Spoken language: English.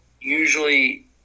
usually